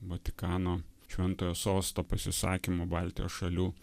vatikano šventojo sosto pasisakymo baltijos šalių